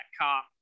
cop